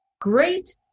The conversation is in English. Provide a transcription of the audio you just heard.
great